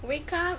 wake up